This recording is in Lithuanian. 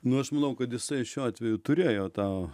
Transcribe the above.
nu aš manau kad jisai šiuo atveju turėjo tą